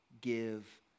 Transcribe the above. give